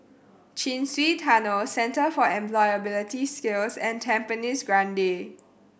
Chin Swee Tunnel Centre for Employability Skills and Tampines Grande